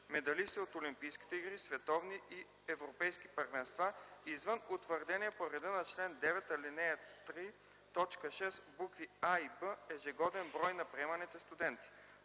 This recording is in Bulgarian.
медалисти от олимпийските игри, световни и европейски първенства, извън утвърдения по реда на чл. 9, ал. 3, т. 6, букви „а” и „б” ежегоден брой на приеманите студенти”;